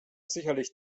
sicherlich